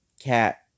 Cat